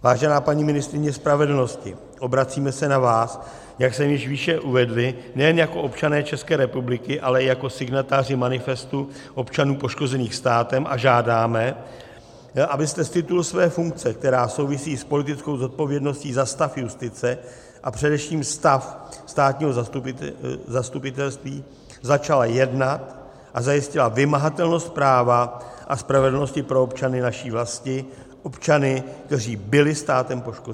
Vážená paní ministryně spravedlnosti, obracíme se na vás, jak jsme již výše uvedli, nejen jako občané České republiky, ale i jako signatáři Manifestu občanů poškozených státem a žádáme, abyste z titulu své funkce, která souvisí s politickou zodpovědností za stav justice a především stav státního zastupitelství, začala jednat a zajistila vymahatelnost práva a spravedlnosti pro občany naší vlasti, občany, kteří byli státem poškozeni.